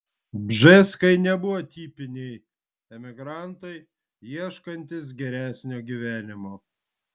bžeskai nebuvo tipiniai emigrantai ieškantys geresnio gyvenimo